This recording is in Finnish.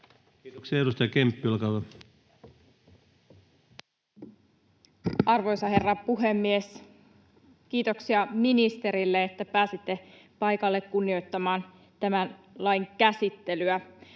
laeiksi Time: 16:51 Content: Arvoisa herra puhemies! Kiitoksia ministerille, että pääsitte paikalle kunnioittamaan tämän lain käsittelyä.